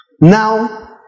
Now